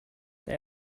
they